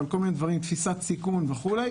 תפיסת סיכון וכו'.